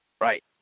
Right